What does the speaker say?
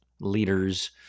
leaders